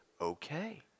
okay